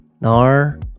Nar